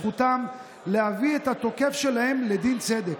זכותם להביא את התוקף שלהם לדין צדק.